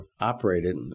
operated